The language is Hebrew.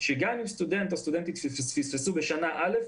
שגם אם סטודנט או סטודנטית פספסו בשנה א',